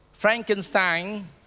Frankenstein